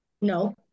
no